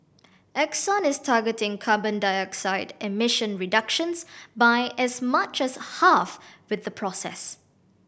Exxon is targeting carbon dioxide emission reductions by as much as half with the process